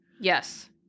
Yes